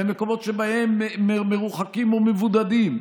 במקומות מרוחקים ומבודדים,